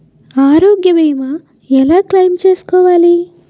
ఆరోగ్య భీమా ఎలా క్లైమ్ చేసుకోవాలి?